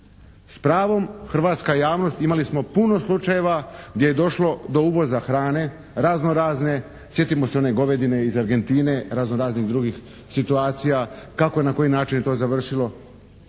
S pravom hrvatska javnost, imali smo puno slučajeva gdje je došlo do uvoza hrane, razno razne. Sjetimo se one govedine iz Argentine, razno raznih drugih situacija. Kako i na koji način je to završilo?